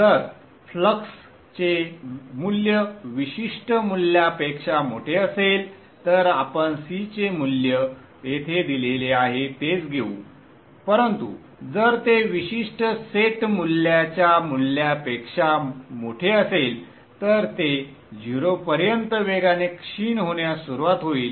जर फ्लक्सचे मूल्य विशिष्ट मूल्यापेक्षा मोठे असेल तर आपण C चे मूल्य येथे दिलेले आहे तेच घेऊ परंतु जर ते विशिष्ट सेट मूल्याच्या मूल्यापेक्षा मोठे असेल तर ते 0 पर्यंत वेगाने क्षीण होण्यास सुरवात होईल